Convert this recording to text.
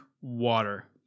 water